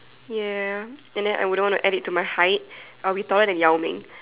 ya and then I wouldn't add it to my height I'll be taller than Yao-Ming